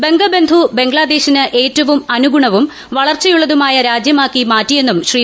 ബംഗബന്ധു ബംഗ്ലാദേശിനെ ഏറ്റവും അനുഗുണവും വളർച്ചയുള്ളതുമായ രാജ്യമാക്കി മാറ്റിയെന്നും ശ്രീ